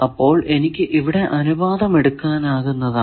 അപ്പോൾ എനിക്ക് ഇവിടെ അനുപാതം എടുക്കാനാകുന്നതാണ്